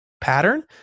pattern